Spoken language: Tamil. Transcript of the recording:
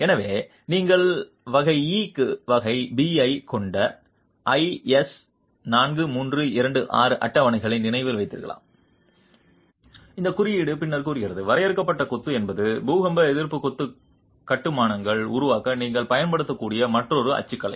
எனவே நீங்கள் வகை E க்கு வகை b ஐக் கொண்ட IS 4326 அட்டவணைகளை நினைவில் வைத்திருந்தால் இந்த குறியீடு பின்னர் கூறுகிறது வரையறுக்கப்பட்ட கொத்து என்பது பூகம்ப எதிர்ப்பு கொத்து கட்டுமானங்களை உருவாக்க நீங்கள் பயன்படுத்தக்கூடிய மற்றொரு அச்சுக்கலை